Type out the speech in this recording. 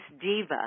diva